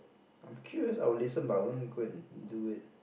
I'm curious I will listen but I won't go and do it